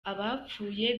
abapfuye